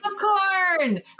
popcorn